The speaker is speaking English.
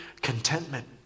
Contentment